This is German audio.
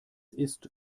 ist